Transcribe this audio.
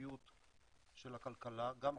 התחרותיות של הכלכלה גם בחשמל,